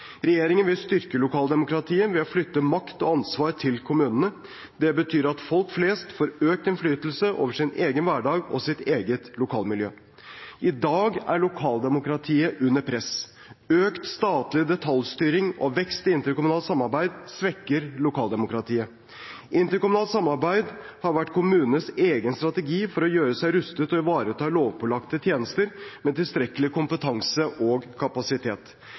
Regjeringen vil styrke lokaldemokratiet ved å flytte makt og ansvar til kommunene. Det betyr at folk flest får økt innflytelse over sin egen hverdag og sitt eget lokalmiljø. I dag er lokaldemokratiet under press. Økt statlig detaljstyring og vekst i interkommunalt samarbeid svekker lokaldemokratiet. Interkommunalt samarbeid har vært kommunenes egen strategi for å gjøre seg rustet til å ivareta lovpålagte tjenester med tilstrekkelig kompetanse og kapasitet.